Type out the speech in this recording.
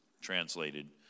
translated